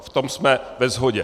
V tom jsme ve shodě.